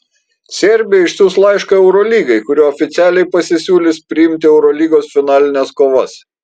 serbija išsiųs laišką eurolygai kuriuo oficialiai pasisiūlys priimti eurolygos finalines kovas